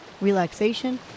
relaxation